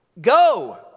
Go